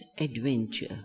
adventure